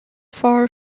far